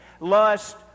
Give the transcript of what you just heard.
Lust